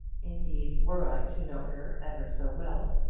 indeed, were i to know her ever so well,